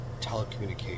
telecommunications